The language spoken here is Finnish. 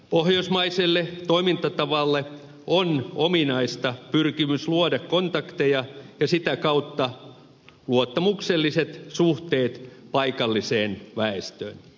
pohjoismaiselle toimintatavalle on ominaista pyrkimys luoda kontakteja ja sitä kautta luottamukselliset suhteet paikalliseen väestöön